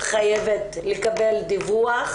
חיבת לקבל דיווח